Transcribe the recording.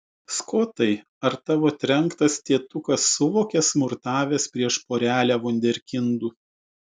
skotai ar tavo trenktas tėtukas suvokė smurtavęs prieš porelę vunderkindų